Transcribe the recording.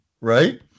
right